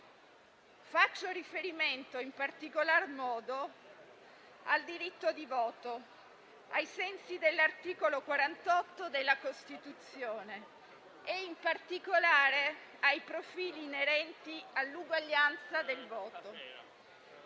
Faccio riferimento in particolar modo al diritto di voto, ai sensi dell'articolo 48 della Costituzione, e, in particolare, ai profili inerenti all'uguaglianza del voto.